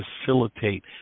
facilitate